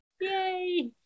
Yay